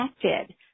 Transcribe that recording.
connected